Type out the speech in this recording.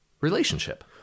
relationship